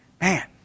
Man